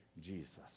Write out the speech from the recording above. Jesus